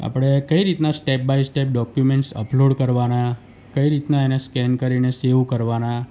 આપણે કઈ રીતના step by step documents upload કરવાના કઈ રીતના એને સ્કેન કરીને સેવ કરવાના